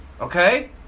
Okay